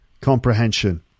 Comprehension